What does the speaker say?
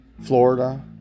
Florida